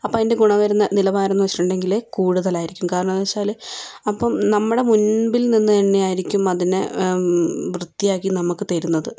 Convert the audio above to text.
അപ്പോൾ അതിന്റെ ഗുണം വരുന്ന നിലവാരം എന്ന് വെച്ചിട്ടുണ്ടെങ്കിൽ കൂടുതലായിരിക്കും കാരണം എന്ന് വെച്ചാൽ അപ്പം നമ്മുടെ മുൻപിൽ നിന്ന് തന്നെയിരിക്കും അതിനെ വൃത്തിയാക്കി നമുക്ക് തരുന്നത്